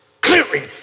clearing